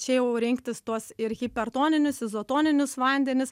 čia jau rinktis tuos ir hipertoninius izotoninius vandenis